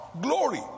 glory